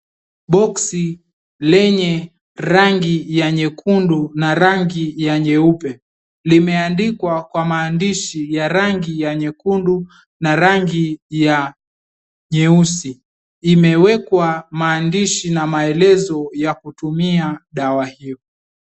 Boksi lenye rangi ya nyekundu na rangi ya nyeupe. Limeandikwa kwa maandishi ya rangi ya nyekundu na rangi ya nyeusi. Imewekwa maandishi na maelezo ya kutumia dawa hiyo.